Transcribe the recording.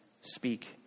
speak